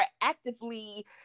actively